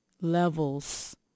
levels